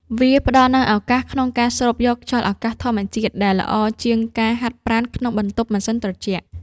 វាផ្ដល់នូវឱកាសក្នុងការស្រូបយកខ្យល់អាកាសធម្មជាតិ ដែលល្អជាងការហាត់ប្រាណក្នុងបន្ទប់ម៉ាស៊ីនត្រជាក់។